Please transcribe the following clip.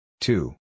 Two